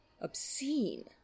Obscene